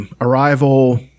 Arrival